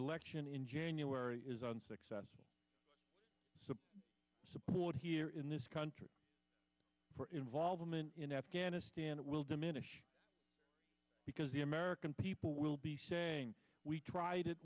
election in january is unsuccessful the support here in this country for involvement in afghanistan will diminish because the american people will be saying we tried it